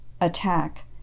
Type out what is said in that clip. attack